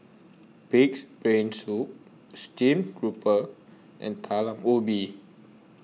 Pig'S Brain Soup Steamed Grouper and Talam Ubi